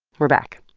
we're back.